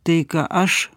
tai ką aš